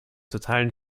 totalen